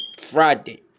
Friday